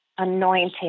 anointing